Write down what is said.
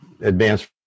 advanced